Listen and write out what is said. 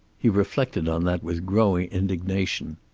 he reflected on that with growing indignation.